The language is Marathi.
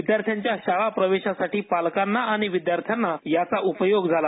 विद्यार्थ्यांच्या शाळा प्रवेशासाठी पालकांना आणि विद्यार्थ्यांना याचा उपयोग झाला